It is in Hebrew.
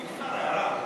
אדוני היושב-ראש,